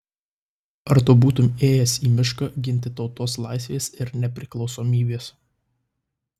ar tu būtumei ėjęs į mišką ginti tautos laisvės ir nepriklausomybės